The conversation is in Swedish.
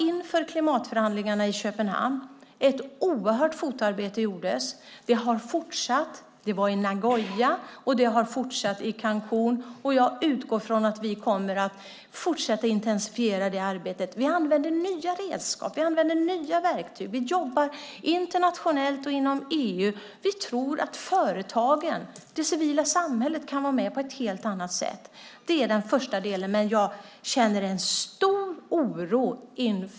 Inför klimatförhandlingarna i Köpenhamn gjordes det ett oerhört fotarbete. Det skedde i Nagoya, och det har fortsatt i Cancún. Jag utgår från att vi kommer att fortsätta intensifiera detta arbete. Vi använder nya redskap och nya verktyg. Vi jobbar internationellt och inom EU. Vi tror att företagen och det civila samhället kan vara med på ett helt annat sätt. Det är den första delen. Men jag känner en stor oro.